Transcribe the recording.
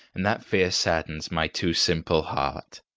and that fear saddens my too simple heart.